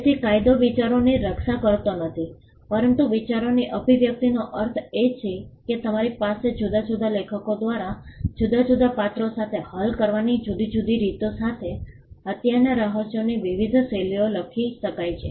તેથી કાયદો વિચારોની રક્ષા કરતો નથી પરંતુ વિચારોની અભિવ્યક્તિનો અર્થ એ છે કે તમારી પાસે જુદા જુદા લેખકો દ્વારા જુદા જુદા પાત્રો સાથે અને હલ કરવાની જુદી જુદી રીતો સાથે હત્યાના રહસ્યોની વિવિધ શૈલીઓ લખી શકાય છે